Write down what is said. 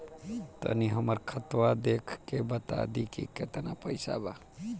तनी हमर खतबा देख के बता दी की केतना पैसा बा?